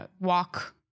walk